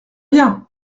bien